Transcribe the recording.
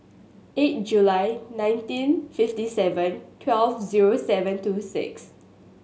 eight July nineteen fifty seven twelve zero seven two six